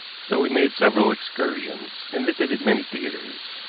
so we made several excursions and visited many theaters.